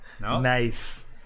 nice